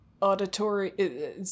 auditory